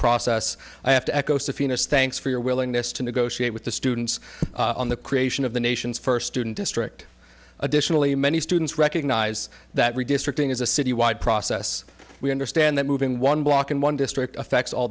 process i have to echo safina as thanks for your willingness to negotiate with the students on the creation of the nation's first student district additionally many students recognize that redistricting is a citywide process we understand that moving one block in one district affects all